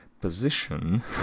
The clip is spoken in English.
position